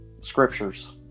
scriptures